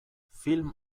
film